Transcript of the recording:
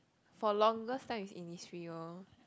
for longest time is in Innisfree lor